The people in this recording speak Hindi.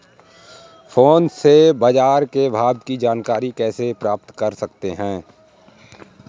फोन से बाजार के भाव की जानकारी कैसे प्राप्त कर सकते हैं?